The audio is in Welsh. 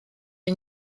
yng